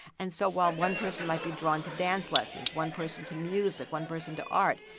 and so while one person might be drawn to dance lessons, one person to music, one person to art,